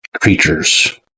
creatures